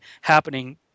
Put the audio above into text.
happening